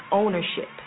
ownership